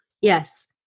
Yes